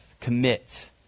Commit